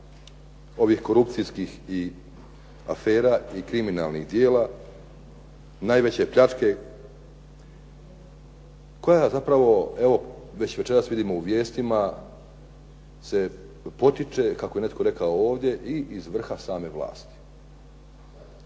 ovih korupcijskih afera i kriminalnih djela, najveće pljačke koja zapravo evo već večeras vidimo u vijestima se potiče, kako je netko rekao ovdje, i iz vrha same vlasti.